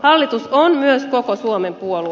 hallitus on myös koko suomen puolue